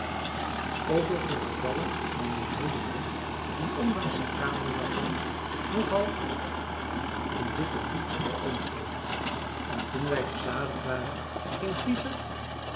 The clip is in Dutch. ook al ten gevalle van neef hildebrand die ondanks zijn kamerjapon nogal een witten voet bij oom kreeg en toen wij verzadigd waren ging pieter